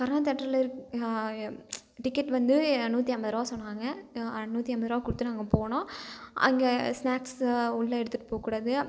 கர்ணா தேயேட்ருல இருக் டிக்கெட் வந்து நூற்றி ஐம்பது ரூபா சொன்னாங்க நூற்றி ஐம்பது ரூபா கொடுத்து நாங்கள் போனோம் அங்கே ஸ்நாக்ஸ்சை உள்ளே எடுத்துகிட்டு போகக்கூடாது